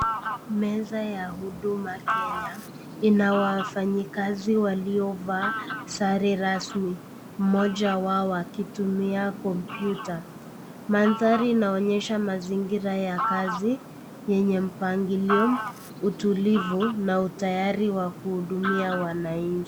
Meza ya Huduma Kenya, ina wafanyikazi waliovaa sare rasmi, mmoja wao akitumia kompyuta. Mandhari inaonyesha mazingira ya kazi yenye mpangilio, utulivu na utayari wa kuhudumia wananchi.